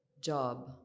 job